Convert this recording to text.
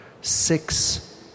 six